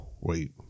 wait